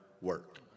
work